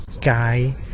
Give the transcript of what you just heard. guy